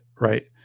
right